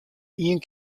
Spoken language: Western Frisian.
ien